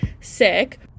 sick